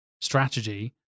strategy